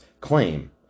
claim